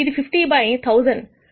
ఇది 50 బై 1000